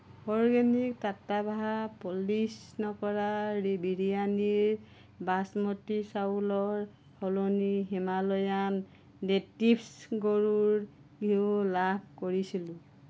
organic টাট্টাভা polish নকৰা বিৰিয়ানীৰ বাচমতি চাউলৰ সলনি হিমালয়ান নেটিভ্ছ গৰুৰ ঘিঁউ লাভ কৰিছিলোঁ